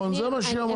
זה מה שהיא אמרה.